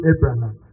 Abraham